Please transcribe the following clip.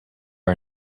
are